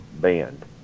band